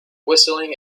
whistling